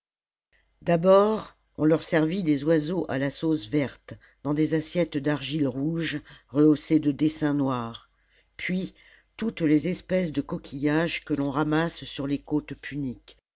d'abord on leur servit des oiseaux à la sauce verte dans des assiettes d'argile rouge rehaussée de dessins noirs puis toutes les espèces de coquillages que l'on ramasse sur les côtes